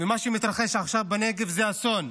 ומה שמתרחש עכשיו בנגב זה אסון.